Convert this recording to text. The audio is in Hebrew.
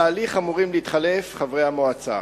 בתהליך אמורים להתחלף חברי המועצה.